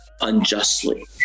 unjustly